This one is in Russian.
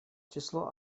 число